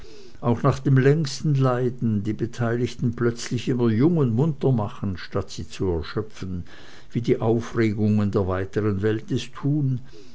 auch nach den längsten leiden die beteiligten plötzlich immer jung und munter machen statt sie zu erschöpfen wie die aufregungen der weiteren welt es tun